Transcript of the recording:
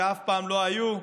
שאף פעם לא היה.